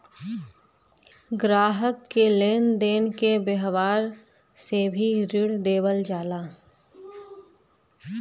ग्राहक के लेन देन के व्यावहार से भी ऋण देवल जाला